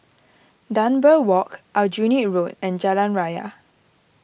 Dunbar Walk Aljunied Road and Jalan Raya